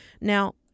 Now